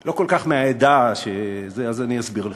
לא כל כך מהעדה, אז אני אסביר לך.